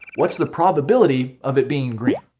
what's the probability of it being green?